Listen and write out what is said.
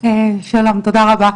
זה כבר קיים,